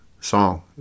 song